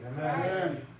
Amen